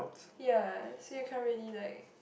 ya so you can't really like